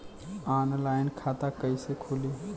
Online खाता कइसे खुली?